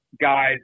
guys